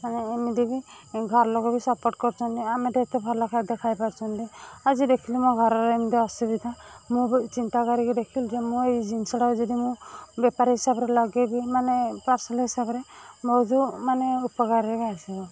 ଏମିତି ବି ଘର ଲୋକ ବି ସପୋର୍ଟ କରୁଛନ୍ତି ଆମେତ ଏତେ ଭଲ ଖାଦ୍ୟ ଖାଇ ପାରୁଛନ୍ତି ଆଜି ଦେଖିଲି ମୋ ଘରର ଏମିତି ଅସୁବିଧା ମୁଁ ବି ଚିନ୍ତା କରିକି ଦେଖିଲି ଯେ ମୁଁ ଏଇ ଜିନିଷ ଟାକୁ ଯଦି ମୁଁ ବେପାର ହିସାବରେ ଲଗେଇବି ମାନେ ପାର୍ସଲ ହିସାବରେ ମୋର ବି ମାନେ ଉପକାରରେ ବି ଆସିବ